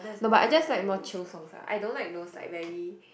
no but I just like more chill songs ah I don't like those like very